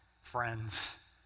friends